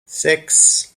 sechs